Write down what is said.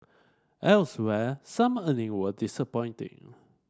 elsewhere some earning were disappointing